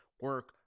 Work